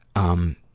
um,